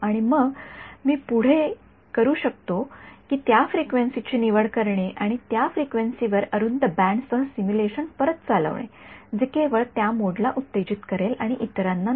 आणि मग पुढे मी करू शकतो कि त्या प्रत्येक फ्रिक्वेन्सी ची निवड करणे आणि त्या फ्रिक्वेन्सीवर अरुंद बँड सह सिम्युलेशन परत चालवणे जे केवळ त्या मोड ला उत्तेजित करेल आणि इतरांना नाही